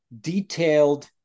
detailed